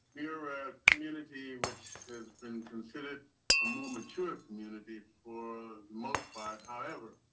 you're a community which has been considered a more mature community for most part. however,